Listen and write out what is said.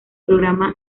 programa